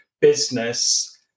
business